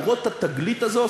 למרות התגלית הזאת,